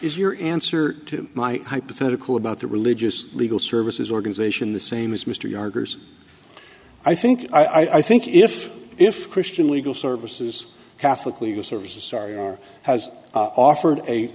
where is your answer to my hypothetical about the religious legal services organization the same as mr youngers i think i think if if christian legal services catholic legal services sorry or has offered a